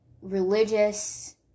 religious